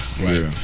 Right